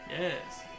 Yes